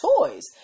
toys